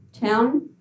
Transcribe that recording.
Town